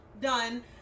done